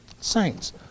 Saints